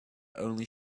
only